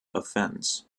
offence